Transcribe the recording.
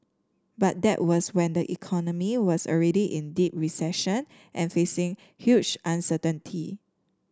but that was when the economy was already in deep recession and facing huge uncertainty